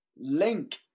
link